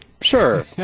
Sure